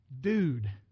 dude